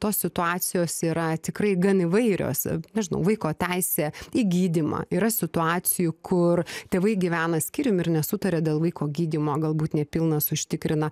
tos situacijos yra tikrai gan įvairios nežinau vaiko teisė į gydymą yra situacijų kur tėvai gyvena skyrium ir nesutaria dėl vaiko gydymo galbūt nepilnas užtikrina